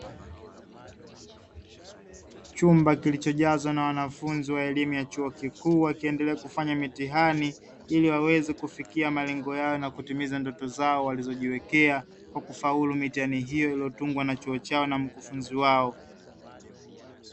Chumba kilichojazwa na wanafunzi wa elimu ya chuo kikuu, wakiendelea kufanya mitihani ili waweze kufikia malengo yao na kutimiza ndoto zao walizojiwekea, kwa kufaulu mitihani hiyo iliyotungwa na chuo chao na mkufunzi wao.